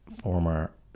former